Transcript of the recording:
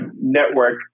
network